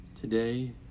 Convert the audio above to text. today